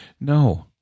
no